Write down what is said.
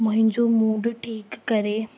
मुंहिंजो मूड ठीकु करे